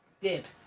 dip